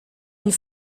une